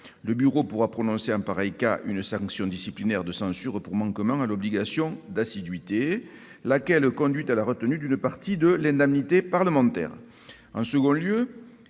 Le bureau pourra prononcer, en pareil cas, une sanction disciplinaire de censure pour manquement à l'obligation d'assiduité, laquelle conduit à la retenue d'une partie de l'indemnité parlementaire.